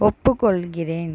ஒப்புக்கொள்கிறேன்